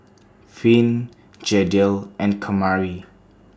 Finn Jadiel and Kamari